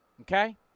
okay